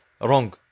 wrong